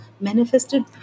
manifested